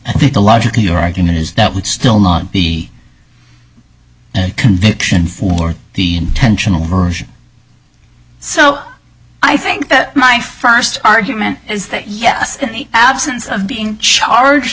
i think the logic of your argument is that would still not be a conviction for the intentional version so i think that my first argument is that yes absence of being charged